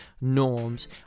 norms